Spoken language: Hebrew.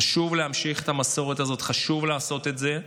חשוב להמשיך את המסורת הזאת, חשוב לעשות את זה.